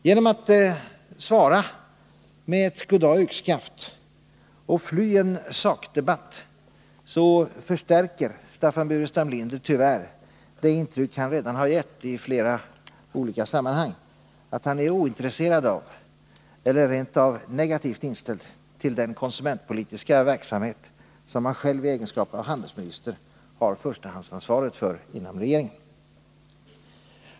Genom att svara med goddag — yxskaft och fly en sakdebatt förstärker Staffan Burenstam Linder tyvärr det intryck han redan har gett i flera olika sammanhang, nämligen att han är ointresserad av eller rent av negativt inställd till den konsumentpolitiska verksamhet som han själv i egenskap av handelsminister har förstahandsansvaret för inom regeringen.